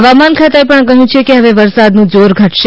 હવામાન ખાતાએ પણ કહ્યું છે કે હવે વરસાદનું જોર ઘટશે